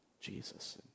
Jesus